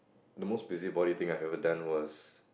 the most busybody thing I've ever done was